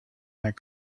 that